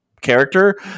character